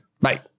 bye